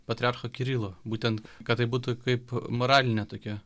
patriarcho kirilo būtent kad tai būtų kaip moraline tokia